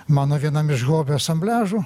mano vienam iš hobių asambliažų